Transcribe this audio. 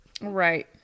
Right